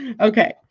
Okay